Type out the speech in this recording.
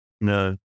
No